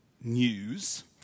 news